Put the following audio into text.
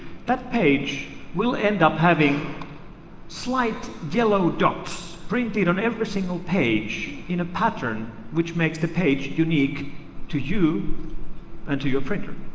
that page will end up having slight yellow dots printed on every single page, in a pattern which makes the page unique to you and to your printer.